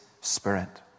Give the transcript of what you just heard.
spirit